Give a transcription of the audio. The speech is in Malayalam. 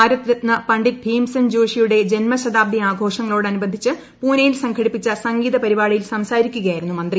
ഭാരത്രത്ന പണ്ഡിറ്റ് ഭീംസെൻ ജോഷിയുടെ ജന്മശതാബ്ദി ആഘോഷങ്ങളോട് അനുബന്ധിച്ച് പൂനെയിൽ സംഘടിപ്പിച്ചു സംഗീത പരിപാടിയിൽ സംസാരിക്കുകയായിരുന്നു മന്ത്രി